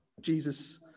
Jesus